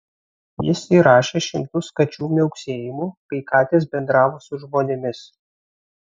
jis įrašė šimtus kačių miauksėjimų kai katės bendravo su žmonėmis